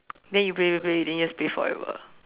then you play play play then you just play forever